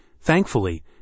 Thankfully